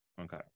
Okay